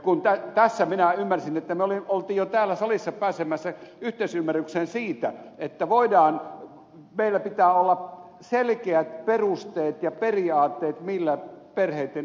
kun tässä minä ymmärsin että me olimme jo täällä salissa pääsemässä yhteisymmärrykseen siitä että meillä pitää olla selkeät perusteet ja periaatteet millä perheitten yhdistäminen tehdään eikö niin